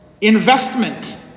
investment